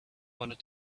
wanted